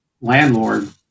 landlord